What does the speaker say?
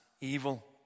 evil